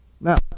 Now